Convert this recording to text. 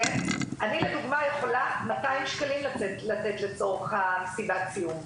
אני לדוגמא יכולה לתת 200 ש"ח עבור מסיבת הסיום,